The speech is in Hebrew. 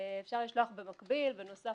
אפשר לשלוח במקביל, בנוסף